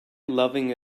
loving